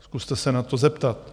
Zkuste se na to zeptat.